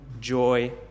joy